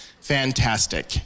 Fantastic